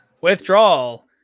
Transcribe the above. Withdrawal